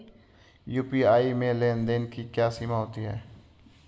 UPI में लेन देन की क्या सीमा होती है?